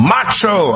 Macho